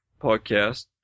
podcast